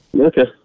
Okay